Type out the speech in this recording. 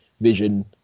vision